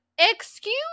excuse